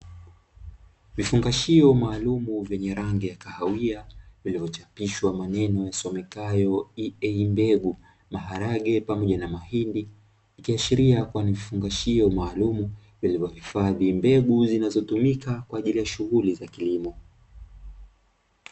Vifungashio maalumu vyenye rangi ya kahawia vilivyochapishwa maneno yasomekayo "EA mbegu", maharage pamoja na mahindi, ikiashiria kuwa ni vifungashio maalumu vilivyohifadhi mbegu zinazotumika kwa ajili ya shughuli za kilimo.